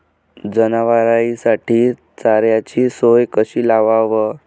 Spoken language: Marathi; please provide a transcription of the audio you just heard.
जनावराइसाठी चाऱ्याची सोय कशी लावाव?